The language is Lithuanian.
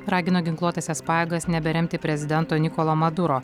ragino ginkluotąsias pajėgas neberemti prezidento nikolo maduro